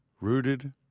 Rooted